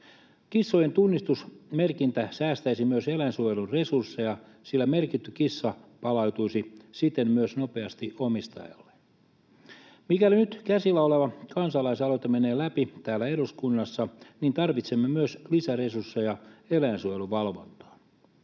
Kissojen tunnistusmerkintä säästäisi myös eläinsuojelun resursseja, sillä merkitty kissa palautuisi siten myös nopeasti omistajalle. Mikäli nyt käsillä oleva kansalaisaloite menee läpi täällä eduskunnassa, tarvitsemme myös lisäresursseja eläinsuojeluvalvontaan.